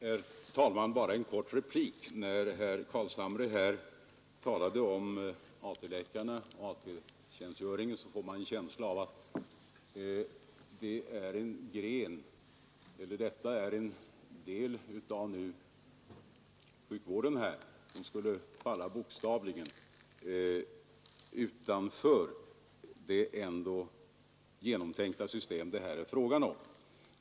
Herr talman! Bara en kort replik! När herr Carlshamre här talar om AT-läkarna och AT-tjänstgöringen får man en känsla av att detta är en del av sjukvården som bokstavligen talat skulle falla utanför sjukvårdssystemet.